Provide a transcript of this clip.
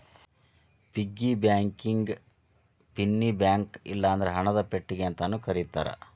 piggy ಬ್ಯಾಂಕಿಗಿ ಪಿನ್ನಿ bank ಇಲ್ಲಂದ್ರ ಹಣದ ಪೆಟ್ಟಿಗಿ ಅಂತಾನೂ ಕರೇತಾರ